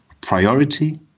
priority